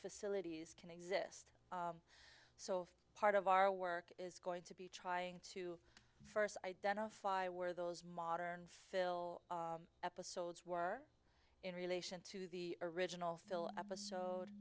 facilities can exist so part of our work is going to be trying to first identify where those modern fill episodes were in relation to the original phil episode